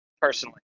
Personally